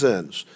anos